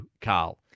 Carl